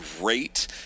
great